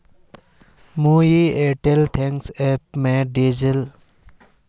मुई Airtel thanks app स गोल्डत निवेश करील छिले